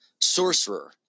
sorcerer